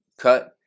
cut